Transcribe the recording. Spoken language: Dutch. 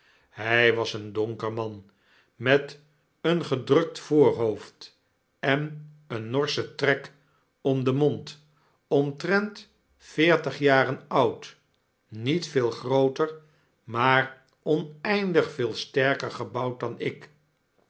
hg was een donker man met een gedrukt voorhoofd en een norschen trek om den mond omtrent veertig jaren oud niet veel grooter maar oneindig veel sterker gebouwd dan ik